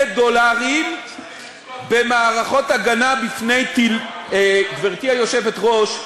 דולרים במערכות הגנה בפני גברתי היושבת-ראש,